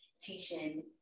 teaching